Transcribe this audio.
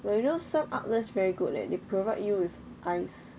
but you know some outlets very good leh they provide you with ice